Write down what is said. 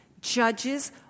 judges